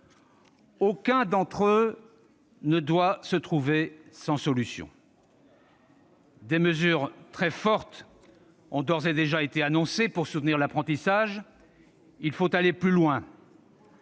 Aucun d'entre eux ne doit se trouver sans solution. Des mesures très fortes ont d'ores et déjà été annoncées pour soutenir l'apprentissage. Il faut aller plus loin.